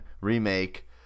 Remake